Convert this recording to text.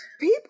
People